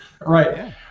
Right